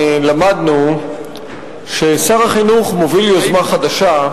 למדנו ששר החינוך מוביל יוזמה חדשה,